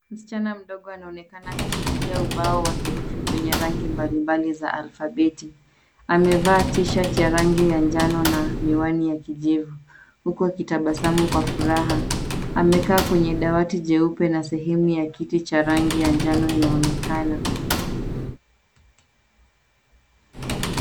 Msichana mdogo anaonekana akishikilia ubao wa herufi wenye rangi mbalimbali za alfabeti . Amevaa (cs)t-shirt(cs) ya rangi ya jano na miwani ya kijivu , huku akitabasamu kwa furaha . Amekaa kwenye dawati jeupe na sehemu ya kiti cha jano inaonekana.